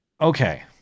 Okay